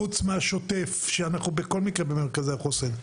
חוץ מהשוטף שאנחנו בכל מקרה במרכזי החוסן.